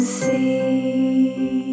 see